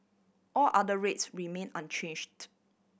all other rates remain unchanged